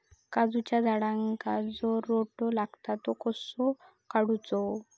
काजूच्या झाडांका जो रोटो लागता तो कसो काडुचो?